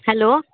hello